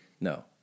No